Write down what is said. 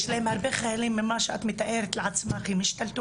והמשטרה?